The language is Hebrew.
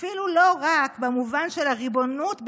אפילו לא רק במובן של הריבונות בנגב,